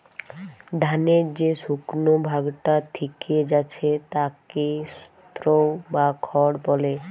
ধানের যে শুকনো ভাগটা থিকে যাচ্ছে তাকে স্ত্রও বা খড় বলে